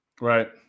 Right